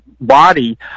body